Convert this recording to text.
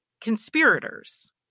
conspirators